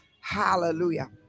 Hallelujah